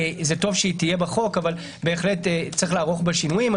טוב שתהיה בחוק אבל בהחלט צריך לערוך בה שינויים.